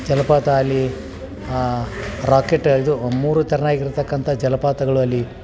ಜಲಪಾತ ಅಲ್ಲಿ ರಾಕೆಟ್ ಇದು ಮೂರು ಥರನಾಗಿರ್ತಕ್ಕಂಥ ಜಲಪಾತಗಳು ಅಲ್ಲಿ